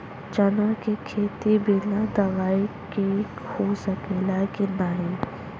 चना के खेती बिना दवाई के हो सकेला की नाही?